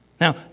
Now